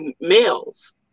males